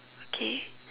okay